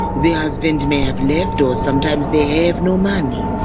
the husband may have left or sometimes they have no money,